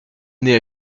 naît